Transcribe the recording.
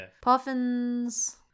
puffins